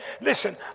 listen